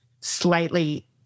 slightly